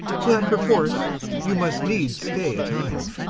so that perforce you must needs stay a time.